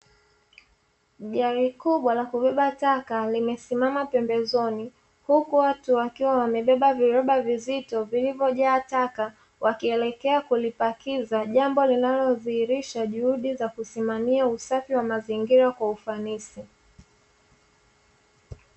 Gari kubwa la kubeba taka limesimama pembezoni, huku watu wakiwa wamebeba viroba vizito vilivyojaa taka, wakielekea kulipakiza; jambo linadhihirisha juhudi za kusimamia usafi wa mazingira kwa ufanisi.